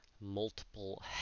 multiple